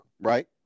right